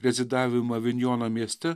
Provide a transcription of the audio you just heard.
rezidavimą avinjono mieste